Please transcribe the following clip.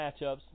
matchups